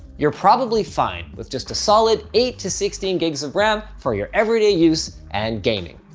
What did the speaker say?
you're probably fine with just a solid eight to sixteen gigs of ram for your everyday use and gaming.